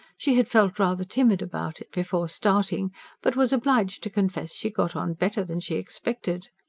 she had felt rather timid about it, before starting but was obliged to confess she got on better than she expected.